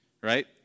right